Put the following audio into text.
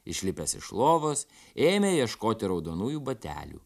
išlipęs iš lovos ėmė ieškoti raudonųjų batelių